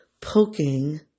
poking